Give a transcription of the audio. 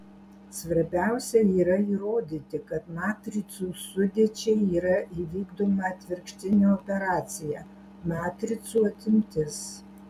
svarbiausia yra įrodyti kad matricų sudėčiai yra įvykdoma atvirkštinė operacija matricų atimtis